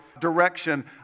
direction